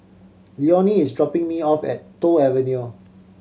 Leonie is dropping me off at Toh Avenue